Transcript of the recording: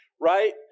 right